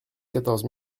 quatorze